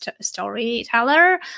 storyteller